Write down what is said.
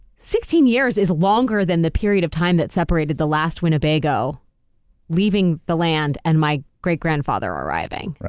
sixteen years is longer than the period of time that separated the last winnebago leaving the land and my great-grandfather arriving. right.